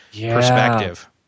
perspective